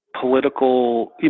political